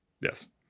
Yes